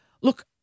Look